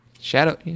Shadow